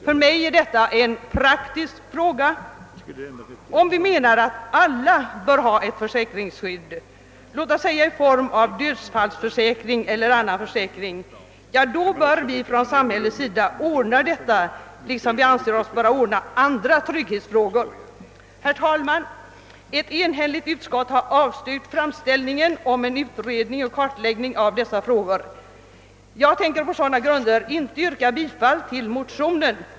För mig är detta en praktisk angelägenhet. Om vi menar att alla bör ha ett försäkringsskydd — låt oss säga i form av livförsäkring eller annan försäkring — då bör vi från samhällets sida lösa denna liksom andra trygghetsfrågor. Herr talman! Ett enhälligt utskott har avstyrkt vår framställning om en utredning och kartläggning av berörda frågor. Jag tänker på sådana grunder inte yrka bifall till motionen.